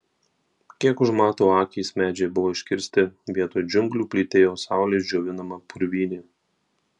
kiek užmato akys medžiai buvo iškirsti vietoj džiunglių plytėjo saulės džiovinama purvynė